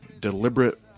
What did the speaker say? deliberate